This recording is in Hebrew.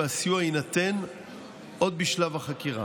והסיוע יינתן עוד בשלב החקירה.